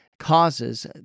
...causes